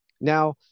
Now